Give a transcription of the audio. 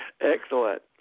Excellent